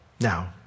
Now